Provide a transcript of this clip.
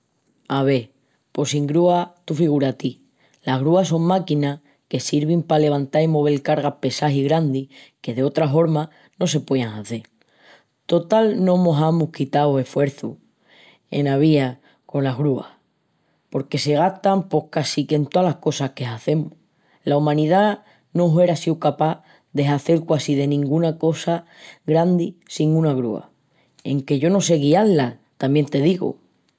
Ave, pos sin grúas, tú figura-ti. Las grúas son máquinas sencialis que sirvin pa alevantal i movel cargas pesás i grandis que d'otra horma no se poían hazel. Total no mos amus quitau d'eshuerçus ena vida sconas grúas porque se gastan pos quasi qu'en tolas cosas que hazemus. La umanidá no huera síu escapás de hazel quasi que denguna cosa grandi sin una grúa enque yo no sé guiá-las, tamién te digu.